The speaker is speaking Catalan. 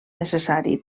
necessari